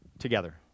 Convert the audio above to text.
together